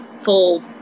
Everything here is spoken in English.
full